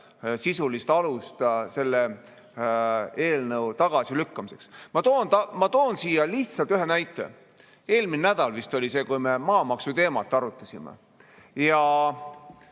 sisulist alust selle eelnõu tagasilükkamiseks. Ma toon siia lihtsalt ühe näite. Eelmisel nädalal vist oli see, kui me maamaksu teemat arutasime, ja